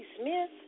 Smith